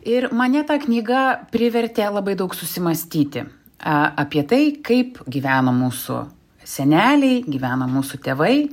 ir mane ta knyga privertė labai daug susimąstyti a apie tai kaip gyveno mūsų seneliai gyvena mūsų tėvai